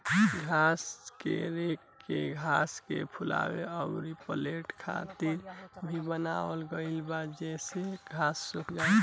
घास के रेक के घास के फुलावे अउर पलटे खातिर भी बनावल गईल बा जेसे घास सुख जाओ